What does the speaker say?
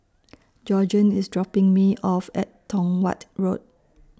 Georgeann IS dropping Me off At Tong Watt Road